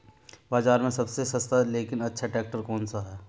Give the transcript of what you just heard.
बाज़ार में सबसे सस्ता लेकिन अच्छा ट्रैक्टर कौनसा है?